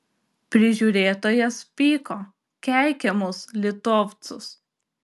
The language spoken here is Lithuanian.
prižiūrėtojas pyko keikė mus litovcus